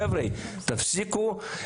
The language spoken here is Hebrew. חבר'ה תפסיקו.